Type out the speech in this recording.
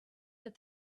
that